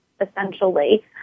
essentially